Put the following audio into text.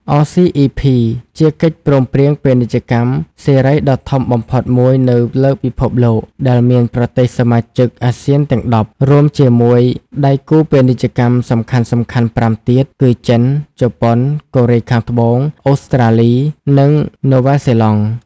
អ សុី អុី ភី (RCEP)ជាកិច្ចព្រមព្រៀងពាណិជ្ជកម្មសេរីដ៏ធំបំផុតមួយនៅលើពិភពលោក ដែលមានប្រទេសសមាជិកអាស៊ានទាំង ១០ រួមជាមួយដៃគូពាណិជ្ជកម្មសំខាន់ៗ ៥ ទៀត គឺ ចិន ជប៉ុន កូរ៉េខាងត្បូង អូស្ត្រាលី និងនូវែលសេឡង់។